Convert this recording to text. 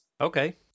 Okay